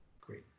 Great